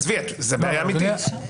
עזבי, זו בעיה אמיתית.